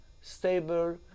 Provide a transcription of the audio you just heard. stable